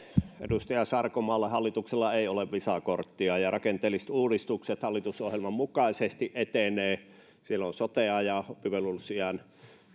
edustaja sarkomaalle hallituksella ei ole visa korttia ja rakenteelliset uudistukset hallitusohjelman mukaisesti etenevät siellä on sotea ja oppivelvollisuusiän